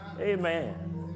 amen